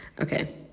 okay